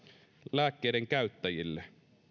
lääkkeiden käyttäjille